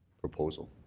proposal.